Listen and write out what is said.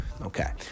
Okay